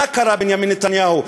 מה קרה, בנימין נתניהו?